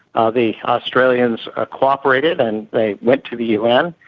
ah the australians ah co-operated and they went to the un,